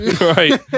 right